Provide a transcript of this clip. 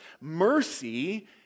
mercy